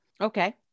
Okay